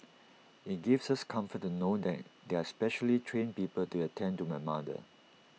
IT gives us comfort to know that there are specially trained people to attend to my mother